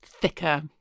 Thicker